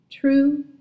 True